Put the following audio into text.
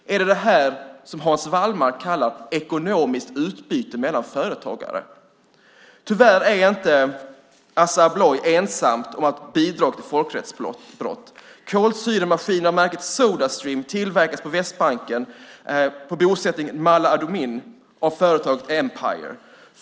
Är det detta som Hans Wallmark kallar ekonomiskt utbyte mellan företagare? Tyvärr är inte Assa Abloy ensamt om att bidra till folkrättsbrott. Kolsyremaskiner av märket Soda Stream tillverkas på Västbanken i bosättningen Ma'ale Adumim av företaget Empire.